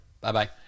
Bye-bye